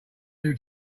new